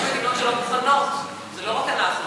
יש מדינות שלא מוכנות, זה לא רק אנחנו.